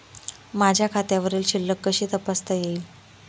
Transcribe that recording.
माझ्या खात्यावरील शिल्लक कशी तपासता येईल?